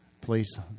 Please